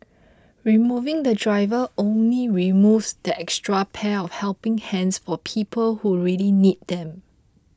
removing the driver only removes that extra pair of helping hands for people who really need them